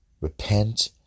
Repent